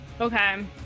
Okay